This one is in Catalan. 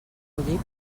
collir